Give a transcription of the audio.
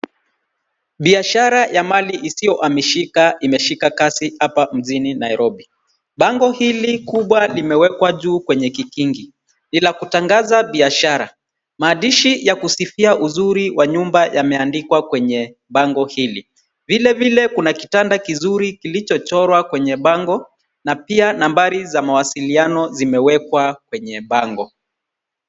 Biashara ya mali isiyoamishika, imeshika kasi hapa mjini Nairobi. Bango hili kubwa limewekwa juu kwenye kikingi, ni la kutangaza biashara. Maandishi ya kusifia uzuri wa nyumba yameandikwa kwenye bango hili. Vilevile kuna kitanda kizuri kilicho chorwa kwenye bango na pia nambari za mawasiliano zimewekwa kwenye bango.